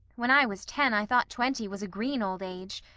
when i was ten i thought twenty was a green old age.